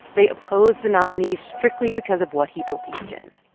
they opposed the nominee strictly because of what he believed in.